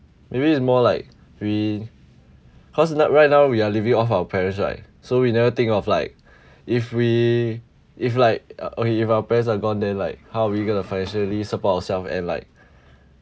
maybe it's more like we cause like right now we are living off our parents right so we never think of like if we if like okay if our parents are gone then like how are we gonna financially support ourself and like